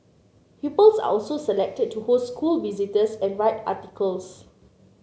pupils are also selected to host school visitors and write articles